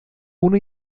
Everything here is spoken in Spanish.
una